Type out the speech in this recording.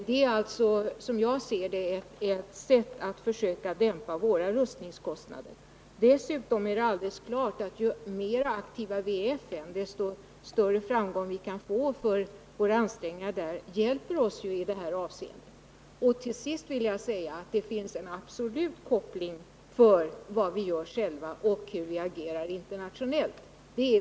Det gäller alltså som jag ser det att försöka dämpa våra rustningskostnader. Dessutom är det alldeles klart att ju mer aktiva vi är och ju större framgång vi kan få för våra ansträngningar för en allmän nedrustning i världen, desto mer hjälper vi oss själva. Till sist vill jag säga att det finns en definitiv koppling mellan vad vi gör själva och hur vi agerar internationellt.